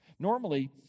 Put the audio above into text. Normally